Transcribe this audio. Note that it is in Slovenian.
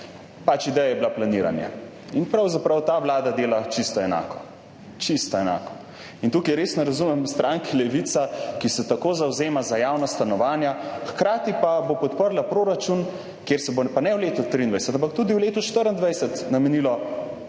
pač bila ideja planiranje. In pravzaprav ta vlada dela čisto enako. Čisto enako. Tukaj res ne razumem stranke Levica, ki se tako zavzema za javna stanovanja, hkrati pa bo podprla proračun, kjer se bo, pa ne v letu 2023, ampak tudi v letu 2024, namenilo